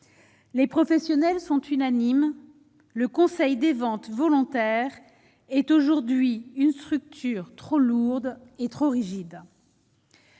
les professionnels sont unanimes : le Conseil des ventes volontaires est aujourd'hui une structure trop lourde et trop rigide.